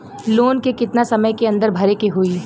Loan के कितना समय के अंदर भरे के होई?